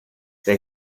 they